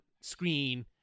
screen